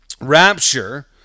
rapture